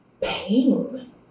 pain